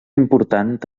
important